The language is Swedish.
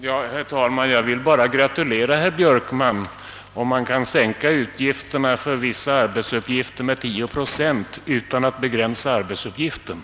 Herr talman! Jag vill gratulera herr Björkman om han kan sänka utgifterna för vissa arbetsuppgifter med 10 procent utan att begränsa arbetsuppgifterna.